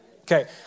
Okay